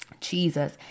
Jesus